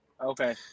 Okay